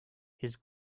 his